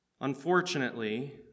Unfortunately